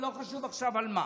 ולא חשוב עכשיו על מה.